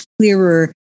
clearer